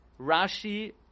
Rashi